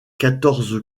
quatorze